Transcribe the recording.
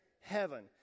heaven